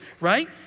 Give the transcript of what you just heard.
right